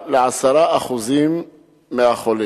5% ל-10% מהחולים.